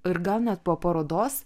ir gal net po parodos